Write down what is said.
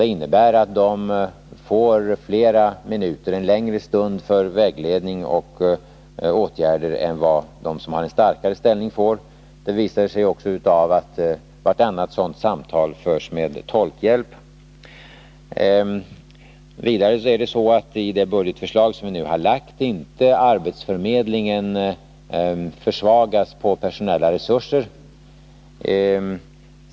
Det innebär att de får fler minuter — en längre stund — för vägledning och förslag till åtgärder än vad de får som har en starkare ställning. Det visar sig också i att vartannat sådant samtal förs med hjälp av tolk. Vidare är det enligt det budgetförslag som vi nu har lagt fram så att arbetsförmedlingen inte försvagas när det gäller personella resurser.